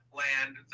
land